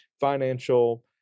financial